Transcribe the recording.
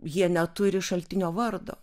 jie neturi šaltinio vardo